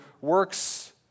works